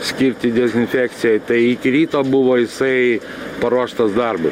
skirti dezinfekcijai tai iki ryto buvo jisai paruoštas darbui